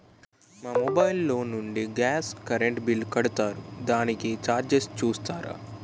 మా మొబైల్ లో నుండి గాస్, కరెన్ బిల్ కడతారు దానికి చార్జెస్ చూస్తారా?